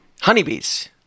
Honeybees